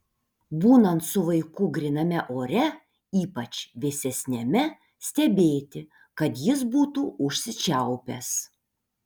būnant su vaiku gryname ore ypač vėsesniame stebėti kad jis būtų užsičiaupęs